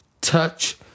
touch